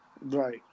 Right